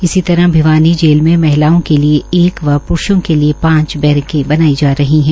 इस तरह भिवानी जेल में महिलाओं के लिए एक व प्रूषों के लिए पांच बश्नके बनाई जा रही है